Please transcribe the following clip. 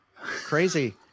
crazy